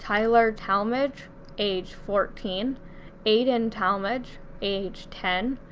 tyler talmage age fourteen aidan talmage age ten,